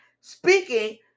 speaking